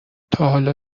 تاحالا